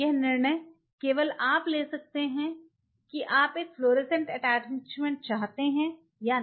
यह निर्णय केवल आप ले सकते हैं कि आप एक फ्लोरोसेंट अटैचमेंट चाहते हैं या नहीं